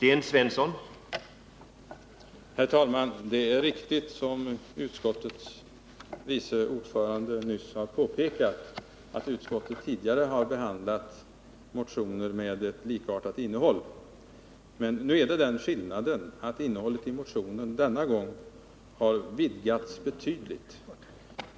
Herr talman! Det är riktigt, som utskottets vice ordförande nyss har påpekat, att utskottet tidigare har behandlat motioner med likartat innehåll. Men det är den skillnaden att innehållet i motionen denna gång har vidgats betydligt.